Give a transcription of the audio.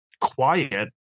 quiet